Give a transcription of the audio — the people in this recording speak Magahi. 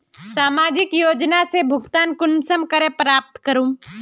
सामाजिक योजना से भुगतान कुंसम करे प्राप्त करूम?